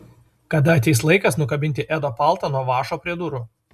kada ateis laikas nukabinti edo paltą nuo vąšo prie durų